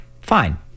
Fine